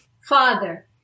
Father